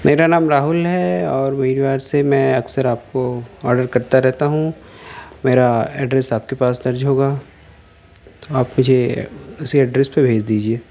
میرا نام راہل ہے اور میور وہار سے میں اکثر آپ کو آڈر کرتا رہتا ہوں میرا ایڈریس آپ کے پاس درج ہوگا آپ مجھے اسی ایڈریس پہ بھیج دیجیے